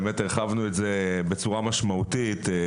באמת הרחבנו את זה בצורה משמעותית.